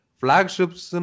flagships